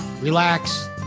relax